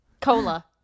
Cola